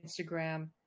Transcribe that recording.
instagram